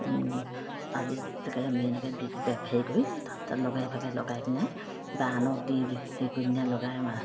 আজি তেনেকৈ আমি এনেকৈ হেৰি কৰি তাত লগে ভাগে লগাই পিনে বা আনক দি হেৰি কৰি পিনে লগাই